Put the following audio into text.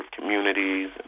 communities